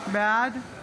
בעד יואב